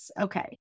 Okay